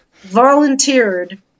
volunteered